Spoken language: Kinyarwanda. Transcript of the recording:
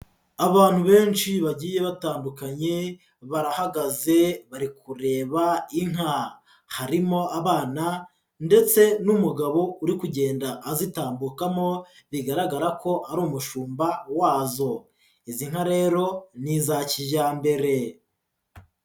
Abantu benshi bagiye batandukanye, barahagaze bari kureba inka, harimo abana ndetse n'umugabo uri kugenda azitambukamo bigaragara ko ari umushumba wazo, izi nka rero ni iza kijyambere.